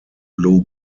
blue